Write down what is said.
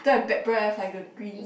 don't have bad breath like the green